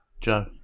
Joe